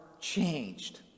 changed